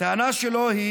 הטענה שלו היא